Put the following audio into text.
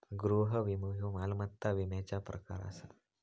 गृह विमो ह्यो मालमत्ता विम्याचा प्रकार आसा